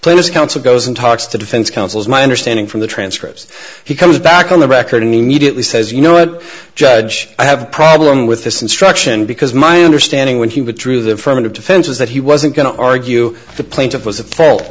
please counsel goes and talks to defense counsel is my understanding from the transcript he comes back on the record and immediately says you know what judge i have a problem with this instruction because my understanding when he withdrew the firman of defense was that he wasn't going to argue the plaintiff was a